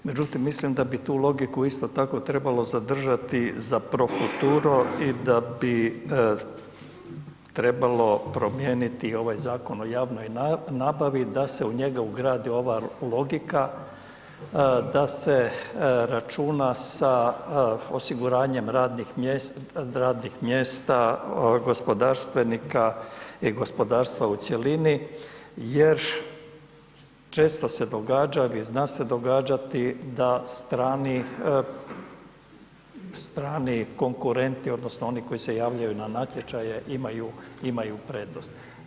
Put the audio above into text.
Međutim, mislim da bi tu logiku isto tako trebalo zadržati za profuturo i da bi trebalo promijeniti ovaj Zakon o javnoj nabavi, da se u njega ugradi ova logika da se računa sa osiguranjem radnih mjesta gospodarstvenika i gospodarstva u cjelini jer često se događa, a i zna se događati da strani, strani konkurenti odnosno oni koji se javljaju na natječaje imaju, imaju prednost.